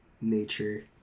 nature